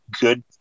good